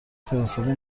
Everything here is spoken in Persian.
فرستادی